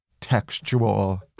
textual